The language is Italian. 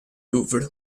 louvre